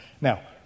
Now